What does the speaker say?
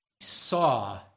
saw